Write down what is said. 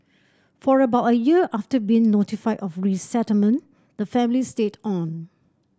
for about a year after being notified of resettlement the family stayed on